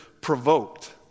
provoked